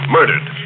Murdered